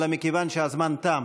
אלא מכיוון שהזמן תם.